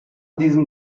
diesen